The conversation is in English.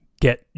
get